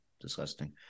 disgusting